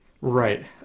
right